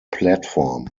platform